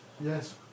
Yes